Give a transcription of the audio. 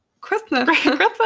Christmas